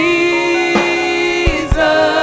Jesus